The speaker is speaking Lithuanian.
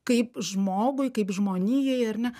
kaip žmogui kaip žmonijai ar ne